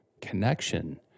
connection